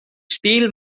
still